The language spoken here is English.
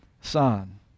Son